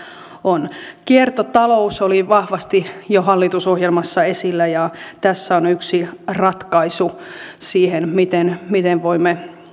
on kiertotalous oli vahvasti jo hallitusohjelmassa esillä ja se on yksi ratkaisu siihen miten miten voimme